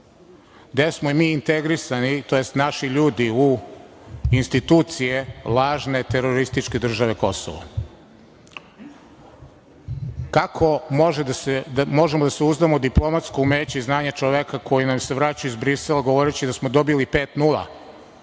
gde smo mi integrisani tj. naši ljudi u institucije lažne terorističke države Kosovo. Kako možemo da se uzdamo u diplomatsko umeće i znanje čoveka koji nam se vraća iz Brisela govoreći da smo dobili 5:0,